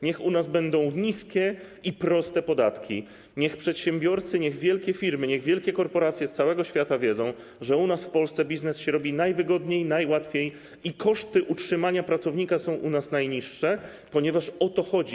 Niech u nas będą niskie i proste podatki, niech przedsiębiorcy, niech wielkie firmy, niech wielkie korporacje z całego świata wiedzą, że u nas, w Polsce biznes robi się najwygodniej, najłatwiej i koszty utrzymania pracownika są u nas najniższe, ponieważ o to chodzi.